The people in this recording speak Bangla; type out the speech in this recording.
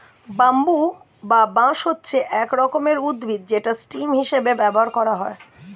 ব্যাম্বু বা বাঁশ হচ্ছে এক রকমের উদ্ভিদ যেটা স্টেম হিসেবে ব্যবহার করা হয়